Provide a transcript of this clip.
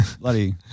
bloody